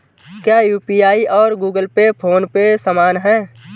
क्या यू.पी.आई और Google Pay PhonePe समान हैं?